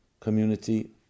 community